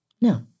No